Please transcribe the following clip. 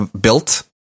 built